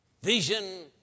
vision